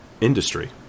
industry